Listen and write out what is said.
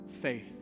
faith